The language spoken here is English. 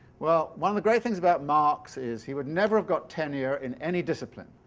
well, one of the great things about marx is he would never have got tenure in any discipline,